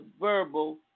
verbal